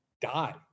die